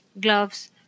gloves